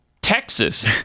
Texas